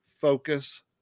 focus